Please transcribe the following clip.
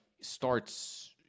starts